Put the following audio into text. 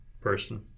person